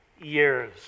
years